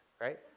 right